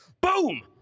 Boom